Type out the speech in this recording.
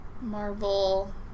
marvel